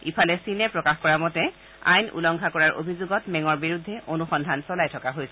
ইফালে চীনে প্ৰকাশ কৰা মতে আইন উলংঘা কৰাৰ অভিযোগত মেঙৰ বিৰুদ্ধে অনুসন্ধান চলাই থকা হৈছে